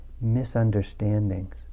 misunderstandings